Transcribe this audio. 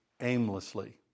aimlessly